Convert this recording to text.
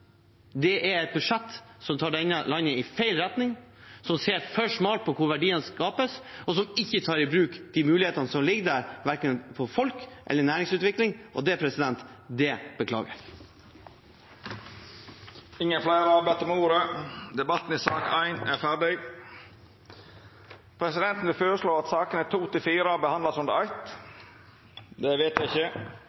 Det er et budsjett som tar dette landet i feil retning, som ser for smalt på hvor verdiene skapes, og som ikke tar i bruk de mulighetene som ligger der, verken for folk eller for næringsutvikling. Og det beklager jeg. Fleire har ikkje bedt om ordet til sak nr. 1. Presidenten vil føreslå at sakene nr. 2–4 vert behandla under eitt. – Det